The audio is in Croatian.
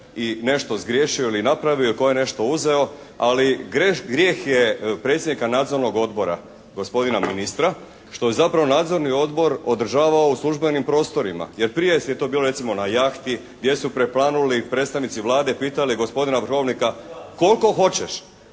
je nešto zgriješio ili napravio, tko je nešto uzeo. Ali grijeh je predsjednika nadzornog odbora gospodina ministra što je zapravo nadzorni odbor održavao u službenim prostorima. Jer prije je to bilo recimo na jahti gdje su preplanuli predstavnici Vlade pitali gospodina Vrhovnika koliko hoćeš?